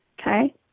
Okay